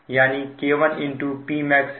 और B K1 A है